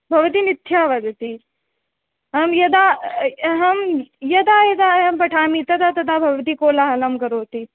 भवती मिथ्यां वदति अहं यदा अहं यदा यदा अहं पठामि तदा तदा भवती कोलाहलं करोति